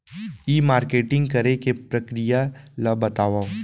ई marketing करे के प्रक्रिया ला बतावव?